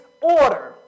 order